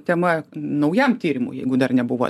tema naujam tyrimų jeigu dar nebuvo